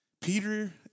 Peter